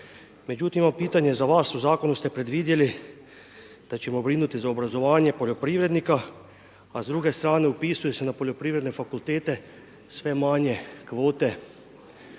Međutim, imam pitanje za vas, u zakonu ste predvidjeli, da ćemo brinuti za obrazovanje poljoprivrednika, a s druge strane upisuju se na poljoprivredne fakultete sve manje kvote